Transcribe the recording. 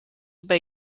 bei